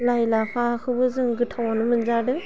लाइ लाफाखौबो जों गोथावानो मोनजादों